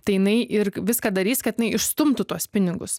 tai jinai ir viską darys kad jinai išstumtų tuos pinigus